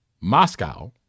Moscow